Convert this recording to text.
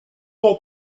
est